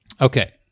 Okay